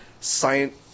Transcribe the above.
science